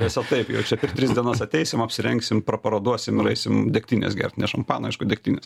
tiesiog taip jau čia per tris dienas ateisim apsirengsim praparaduosim ir aisim degtinės gert ne šampano aišku degtinės